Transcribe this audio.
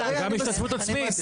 וגם השתתפות עצמית.